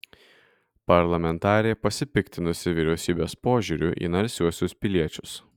parlamentarė pasipiktinusi vyriausybės požiūriu į narsiuosius piliečius